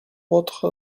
votre